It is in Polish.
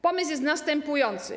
Pomysł jest następujący.